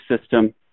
system